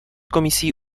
komisí